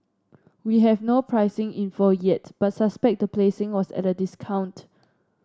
we have no pricing info yet but suspect the placing was at a discount